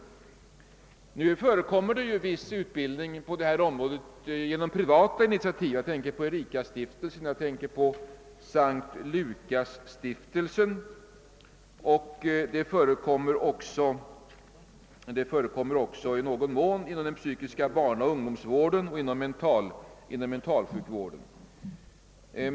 Det förekommer nu viss utbildning på detta område genom privata initia tiv. Jag avser härvidlag verksamheten vid Ericastiftelsens läkepedagogiska institut och vid S:t Lucasstiftelsens institut. Sådan utbildning förekommer också i någon mån inom den psykiska barnaoch ungdomsvården och inom mentalsjukvården.